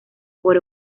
por